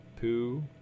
Pooh